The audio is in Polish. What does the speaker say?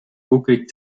ukryć